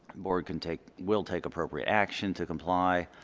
board can take will take appropriate action to comply